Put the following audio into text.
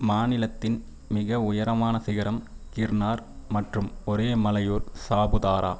மாநிலத்தின் மிக உயரமான சிகரம் கிர்னார் மற்றும் ஒரே மலையூர் சாபுதாரா